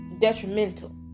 detrimental